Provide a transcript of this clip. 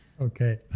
Okay